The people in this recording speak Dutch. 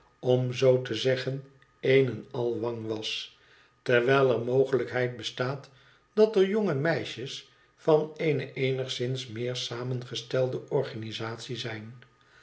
om zoo te zeggen een en al wang was terwijl er mogelijkheid bestaat dat er jonge meisjes van eene eenigszins meer samengestelde organisatie zijn